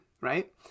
right